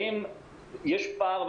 ואם יש פער,